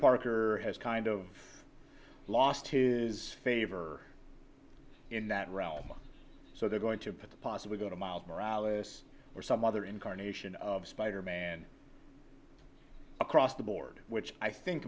parker has kind of lost his favor in that realm so they're going to put the possibly go to miles morales or some other incarnation of spider man across the board which i think